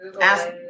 Ask